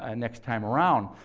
and next time around.